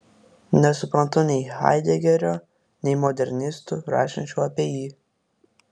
nesuprantu nei haidegerio nei modernistų rašančių apie jį